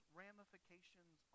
ramifications